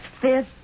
fifth